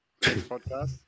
podcast